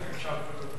אם אפשר לשאול,